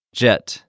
jet